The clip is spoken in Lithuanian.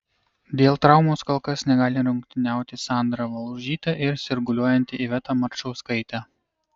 dėl traumos kol kas negali rungtyniauti sandra valužytė ir sirguliuojanti iveta marčauskaitė